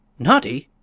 naughty!